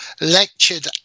lectured